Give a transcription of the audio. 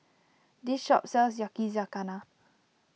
this shop sells Yakizakana